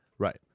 Right